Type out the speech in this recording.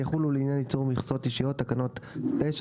יחולו לעניין ייצור מכסות אישיות תקנות 9,